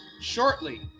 shortly